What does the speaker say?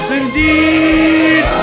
indeed